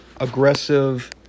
aggressive